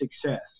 success